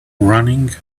running